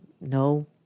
No